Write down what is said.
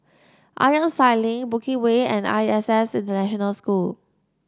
Ironside Link Bukit Way and I S S International School